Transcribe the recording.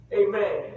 amen